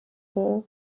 will